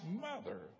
mother